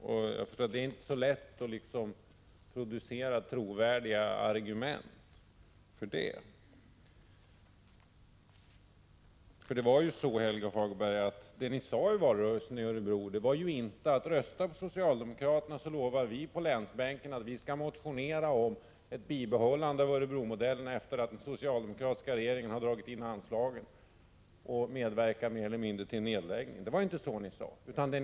Jag förstår att det inte är så lätt att producera trovärdiga argument för det. I valrörelsen i Örebro sade ni ju inte: Rösta på socialdemokraterna så lovar vi på länsbänken att motionera om ett bibehållande av Örebromodellen efter att den socialdemokratiska regeringen har dragit in anslagen och mer eller mindre medverkat till en nedläggning. Det var inte det ni sade.